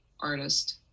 artist